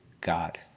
God